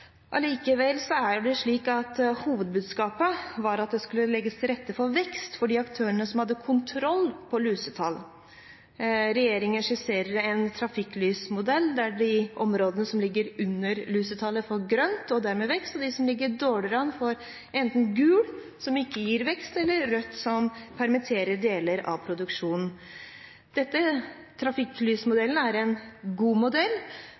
likevel: Hovedbudskapet var at det skulle legges til rette for vekst for de aktørene som hadde kontroll på lusetallet. Regjeringen skisserer en trafikklysmodell, der de områdene som ligger under lusetallet, får grønt og dermed vekst, og de som ligger dårligere an, får enten gult, som ikke gir vekst, eller rødt, som permitterer deler av produksjonen. Trafikklysmodellen er en god modell